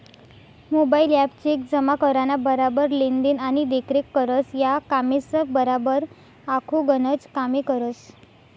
mobile app check जमा कराना बराबर लेन देन आणि देखरेख करस, या कामेसबराबर आखो गनच कामे करस